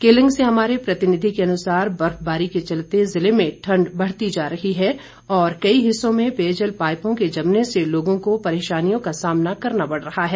केलंग से हमारे प्रतिनिधि के अनुसार बर्फबारी के चलते जिले में ठंड बढ़ती जा रही है और कई हिस्सों में पेयजल पाईपों के जमने से लोगों को परेशानियों का सामना करना पड़ रहा है